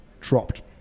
dropped